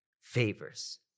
favors